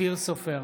אופיר סופר,